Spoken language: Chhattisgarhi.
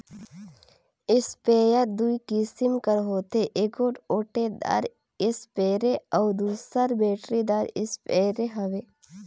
इस्पेयर दूई किसिम कर होथे एगोट ओटेदार इस्परे अउ दूसर बेटरीदार इस्परे हवे